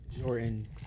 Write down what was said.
Jordan